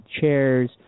chairs